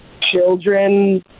children